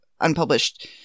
unpublished